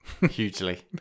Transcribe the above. hugely